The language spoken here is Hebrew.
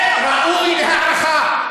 זה ראוי להערכה.